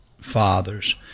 fathers